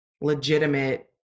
legitimate